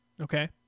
Okay